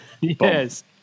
Yes